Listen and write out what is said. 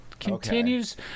Continues